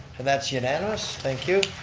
and that's unanimous. thank you.